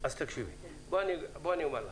אז בואי ואומר לך: